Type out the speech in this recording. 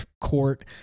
court